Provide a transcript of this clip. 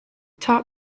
top